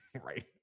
right